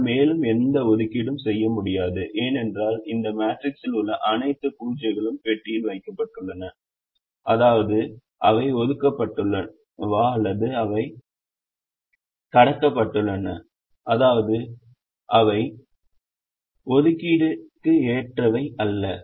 நம்மால் மேலும் எந்த ஒதுக்கீடும் செய்ய முடியாது ஏனென்றால் இந்த மேட்ரிக்ஸில் உள்ள அனைத்து 0 களும் பெட்டியில் வைக்கப்பட்டுள்ளன அதாவது அவை ஒதுக்கப்பட்டுள்ளனவா அல்லது அவை கடக்கப்பட்டுள்ளன அதாவது அவை ஒதுக்கீடுக்கு ஏற்றவை அல்ல